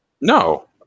No